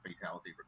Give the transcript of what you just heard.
fatality